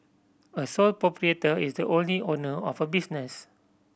a sole proprietor is the only owner of a business